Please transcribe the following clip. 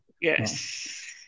Yes